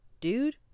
dude